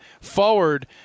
forward